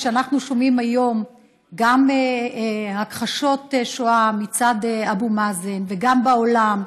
כשאנחנו שומעים היום גם הכחשות שואה מצד אבו מאזן וגם בעולם,